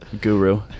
guru